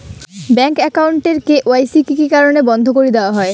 Bank account এর KYC কি কি কারণে বন্ধ করি দেওয়া হয়?